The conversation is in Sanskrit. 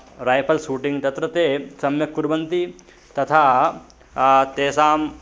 राय्पल् सूटिङ्ग् तत्र ते सम्यक् कुर्वन्ति तथा तेषाम्